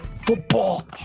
Football